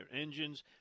engines